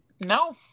No